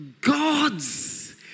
God's